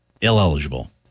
illegible